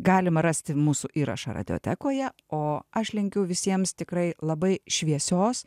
galima rasti mūsų įrašą radiotekoje o aš linkiu visiems tikrai labai šviesios